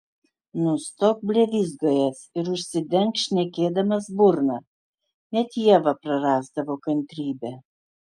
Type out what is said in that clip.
nustok blevyzgojęs ir užsidenk šnekėdamas burną net ieva prarasdavo kantrybę